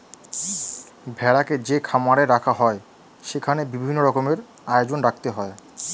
ভেড়াকে যে খামারে রাখা হয় সেখানে বিভিন্ন রকমের আয়োজন রাখতে হয়